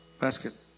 basket